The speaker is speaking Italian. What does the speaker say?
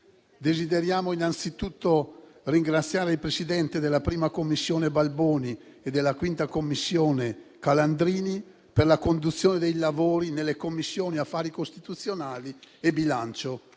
desideriamo innanzitutto ringraziare i presidenti della 1a Commissione Balboni e della 5a Commissione Calandrini per la conduzione dei lavori nelle Commissioni affari costituzionali e bilancio;